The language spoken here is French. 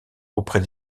auprès